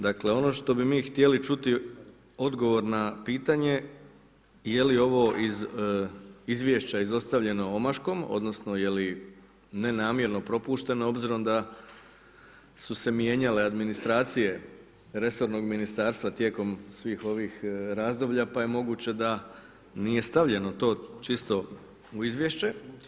Dakle, ono što bi mi htjeli čuti je odgovor na pitanje, je li ovo izvješće izostavljeno omaškom, odnosno, je li nenamjerno propušteno, obzirom da su se mijenjale administracije resornog ministarstva tijekom svih ovih razdoblja, pa je moguće da nije stavljeno to čisto u izvješće.